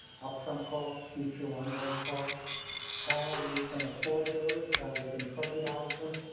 upfront costs future, ongoing costs how we can afford those, how we can subsidize them.